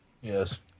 Yes